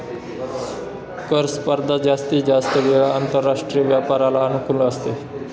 कर स्पर्धा जास्तीत जास्त वेळा आंतरराष्ट्रीय व्यापाराला अनुकूल असते